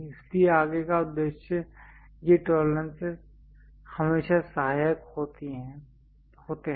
इसलिए आगे का उद्देश्य ये टॉलरेंसेस हमेशा सहायक होते हैं